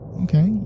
Okay